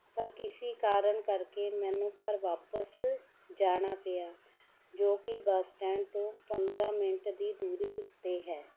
ਪਰ ਕਿਸੀ ਕਾਰਨ ਕਰਕੇ ਮੈਨੂੰ ਘਰ ਵਾਪਸ ਜਾਣਾ ਪਿਆ ਜੋ ਕਿ ਬੱਸ ਸਟੈਂਡ ਤੋਂ ਪੰਦਰਾਂ ਮਿੰਟ ਦੀ ਦੂਰੀ ਉੱਤੇ ਹੈ